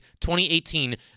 2018